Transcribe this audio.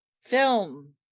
film